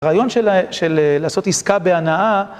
הרעיון של לעשות עסקה בהנאה